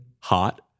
hot